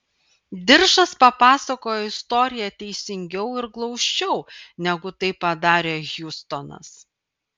diržas papasakojo istoriją teisingiau ir glausčiau negu tai padarė hjustonas